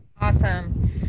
Awesome